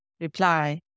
reply